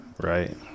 Right